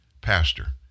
pastor